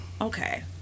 Okay